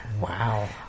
Wow